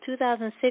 2006